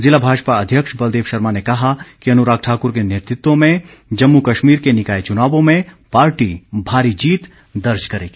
ज़िला भाजपा अध्यक्ष बलदेव शर्मा ने कहा कि अनुराग ठाक़र के नेतृत्व में जम्मू कश्मीर के निकाय चुनावों में पार्टी भारी जीत दर्ज करेगी